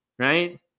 right